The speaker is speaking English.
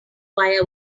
via